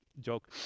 joke